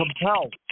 compelled